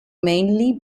mainly